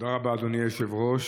תודה רבה, אדוני היושב-ראש.